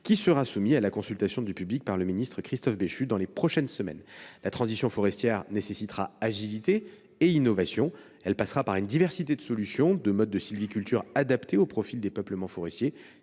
qui sera soumis à la consultation du public par le ministre Christophe Béchu dans les prochaines semaines. La transition forestière nécessitera agilité et innovation. Elle passera par une diversité de solutions et de modes de sylviculture adaptés au profil des peuplements forestiers,